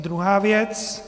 Druhá věc.